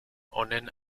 honen